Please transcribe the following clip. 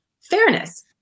fairness